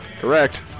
Correct